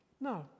No